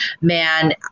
man